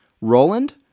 Roland